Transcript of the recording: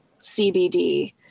CBD